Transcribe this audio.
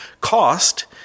Cost